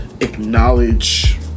acknowledge